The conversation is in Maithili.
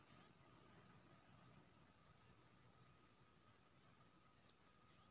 मनी मार्केट केर मारफत छोट ऋण सब कम समय खातिर लेल जा सकइ छै